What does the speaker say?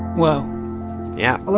woah yeah oh,